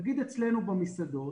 נגיד אצלנו במסעדות